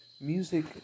music